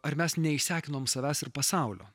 ar mes neišsekinom savęs ir pasaulio